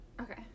okay